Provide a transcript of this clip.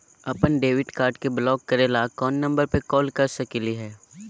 अपन debit card के block करे ला कौन नंबर पे कॉल कर सकली हई?